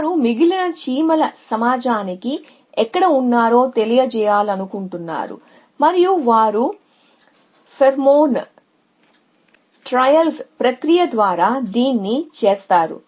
వారు మిగిలిన చీమల కాలనీ కి ఎక్కడ ఉన్నారో తెలియజేయాలనుకుంటున్నారు మరియు వారు ఫెరోమోన్ ట్రయల్స్ ప్రక్రియ ద్వారా దీన్ని చేస్తారు